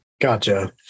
Gotcha